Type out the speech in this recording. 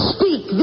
Speak